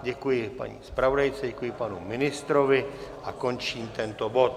Děkuji paní zpravodajce, děkuji panu ministrovi a končím tento bod.